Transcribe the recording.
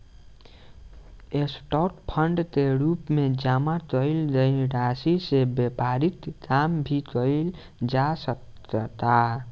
stock fund के रूप में जामा कईल गईल राशि से व्यापारिक काम भी कईल जा सकता